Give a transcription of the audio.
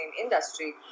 industry